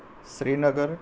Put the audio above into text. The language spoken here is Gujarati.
શ્રીનગર